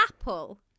apple